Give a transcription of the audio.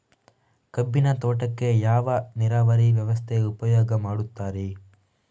ಕಬ್ಬಿನ ತೋಟಕ್ಕೆ ಯಾವ ನೀರಾವರಿ ವ್ಯವಸ್ಥೆ ಉಪಯೋಗ ಮಾಡುತ್ತಾರೆ?